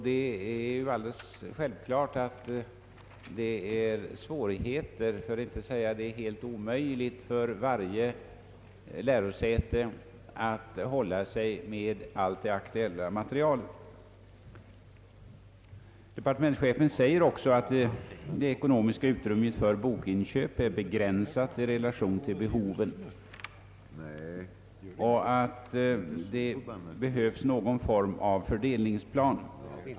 Det är alldeles självklart att det är svårt för att inte säga helt omöjligt för ett lärosäte att hålla sig med allt det aktuella materialet. Departementschefen säger också att det ekonomiska utrymmet för bokinköp är begränsat i relation till behoven och att det behövs någon form av fördelningsplan.